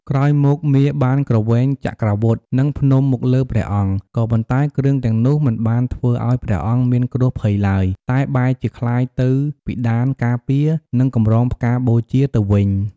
ក្រោយមកមារបានគ្រវែងចក្រាវុធ និងភ្នំមកលើព្រះអង្គ ក៏ប៉ុន្តែគ្រឿងទាំងនោះមិនបានធ្វើអោយព្រអង្គមានគ្រោះភ័យឡើយ តែបែរជាក្លាយទៅពិដានការពារ និងកម្រងផ្កាបូជាទៅវិញ។